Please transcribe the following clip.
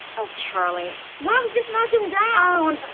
oh, charlie. mom, you just knocked him down!